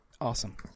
awesome